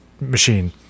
machine